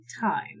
time